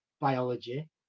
biology